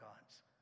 gods